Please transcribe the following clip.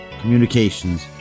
communications